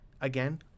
Again